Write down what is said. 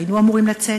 והיינו אמורים לצאת.